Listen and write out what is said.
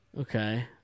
Okay